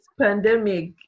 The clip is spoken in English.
pandemic